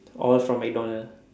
all from mcdonald